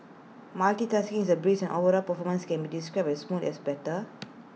multitasking is A breeze and overall performance can be described as smooth as butter